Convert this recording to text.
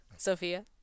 Sophia